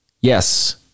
Yes